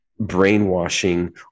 Brainwashing